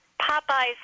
Popeye's